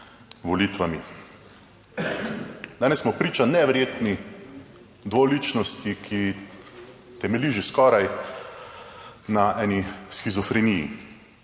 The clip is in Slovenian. Danes smo priča neverjetni dvoličnosti, ki temelji že skoraj na eni shizofreniji.